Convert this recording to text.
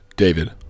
David